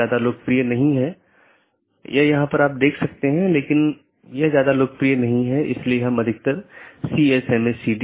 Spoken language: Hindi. उदाहरण के लिए एक BGP डिवाइस को इस प्रकार कॉन्फ़िगर किया जा सकता है कि एक मल्टी होम एक पारगमन अधिकार के रूप में कार्य करने से इनकार कर सके